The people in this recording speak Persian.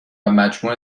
مجموع